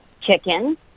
chicken